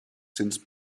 since